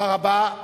תודה רבה.